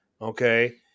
Okay